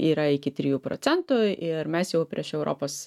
yra iki trijų procentų ir mes jau prieš europos